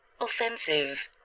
offensive